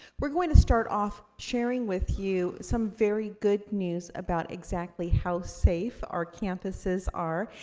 we're going to start off sharing with you some very good news about exactly how safe our campuses are.